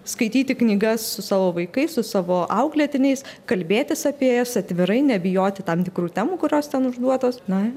skaityti knygas su savo vaikais su savo auklėtiniais kalbėtis apie jas atvirai nebijoti tam tikrų temų kurios ten užduotos na